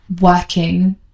working